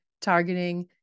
targeting